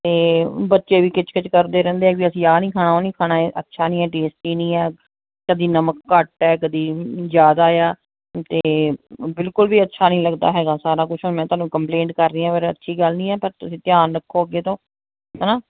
ਅਤੇ ਬੱਚੇ ਵੀ ਕਿਚ ਕਿਚ ਕਰਦੇ ਰਹਿੰਦੇ ਆ ਵੀ ਅਸੀਂ ਇਹ ਨਹੀਂ ਖਾਣਾ ਉਹ ਨਹੀਂ ਖਾਣਾ ਅੱਛਾ ਨਹੀਂ ਟੇਸਟੀ ਨਹੀਂ ਹੈ ਕਦੇ ਨਮਕ ਘੱਟ ਹੈ ਕਦੇ ਜ਼ਿਆਦਾ ਆ ਅਤੇ ਬਿਲਕੁਲ ਵੀ ਅੱਛਾ ਨਹੀਂ ਲੱਗਦਾ ਹੈਗਾ ਸਾਰਾ ਕੁਛ ਹੁਣ ਮੈਂ ਤੁਹਾਨੂੰ ਕੰਪਲੇਂਟ ਕਰ ਰਹੀ ਪਰ ਅੱਛੀ ਗੱਲ ਨਹੀਂ ਪਰ ਤੁਸੀਂ ਧਿਆਨ ਰੱਖੋ ਅੱਗੇ ਤੋਂ ਹੈ ਨਾ